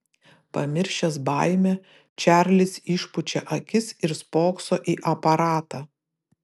pamiršęs baimę čarlis išpučia akis ir spokso į aparatą